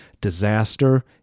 Disaster